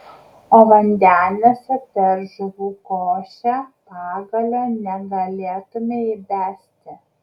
o vandeniuose per žuvų košę pagalio negalėtumei įbesti